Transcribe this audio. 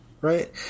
right